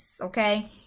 okay